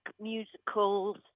musicals